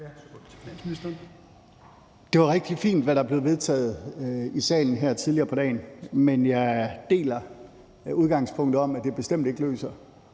Det var rigtig fint, hvad der blev vedtaget i salen her tidligere på dagen, men jeg deler udgangspunktet med, at det bestemt ikke løser